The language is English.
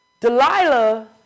Delilah